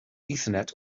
ethernet